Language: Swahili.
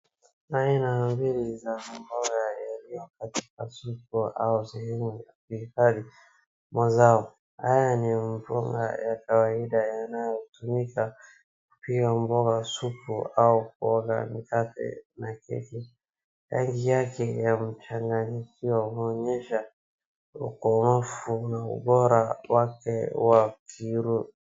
Aina mbili za mboga yaliyo katika soko au sehemu ya kuhifadhi mazao. Haya ni mboga ya kawaida yanayotumika kupika mboga, supu au mboga mikate na keki. Rangi yake ya mchanganyikio inaonyesha ukomavu na ubora wake wa kiro.